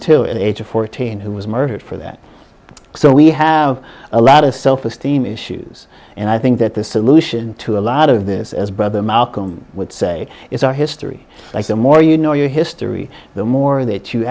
until age of fourteen who was murdered for that so we have a lot of self esteem issues and i think that the solution to a lot of this as brother malcolm would say is our history like the more you know your history the more that you